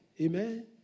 Amen